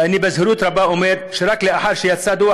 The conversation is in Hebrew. ואני בזהירות רבה אומר שרק לאחר שיצא דוח